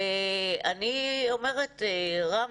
אני אומרת, רם,